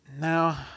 Now